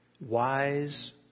wise